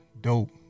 dope